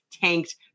tanked